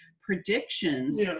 predictions